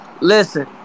Listen